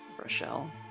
Rochelle